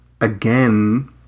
again